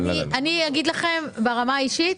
ברמה האישית,